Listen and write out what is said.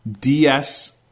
DS